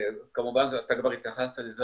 כמובן אתה כבר התייחסת לזה,